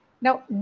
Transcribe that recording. Now